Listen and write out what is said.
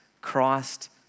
Christ